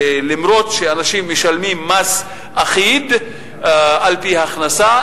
למרות שאנשים משלמים מס אחיד על-פי הכנסה,